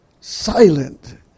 silent